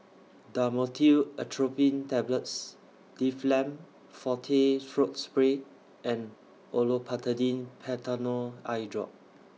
Dhamotil Atropine Tablets Difflam Forte Throat Spray and Olopatadine Patanol Eyedrop